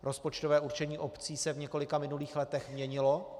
Rozpočtové určení obcí se v několika minulých letech měnilo.